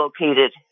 located